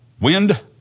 wind